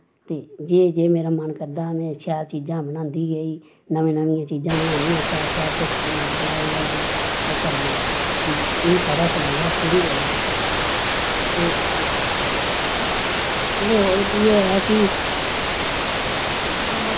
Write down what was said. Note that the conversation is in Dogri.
ते जे जे मेरा मन करदा हा में शैल चीजां बनांदी गेई नमीं नमीं चीजां बनानियां शैल शैल बनाई हनाइयै ओह् करना मिगी बड़ा शौंक हा शुरु कोला ते होर फ्ही एह् ऐ कि